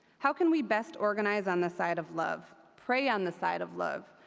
how can we best organize on the side of love, pray on the side of love,